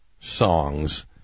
songs